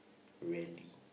rarely